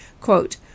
Quote